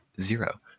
zero